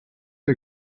der